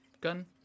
gun